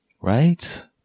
Right